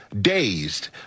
dazed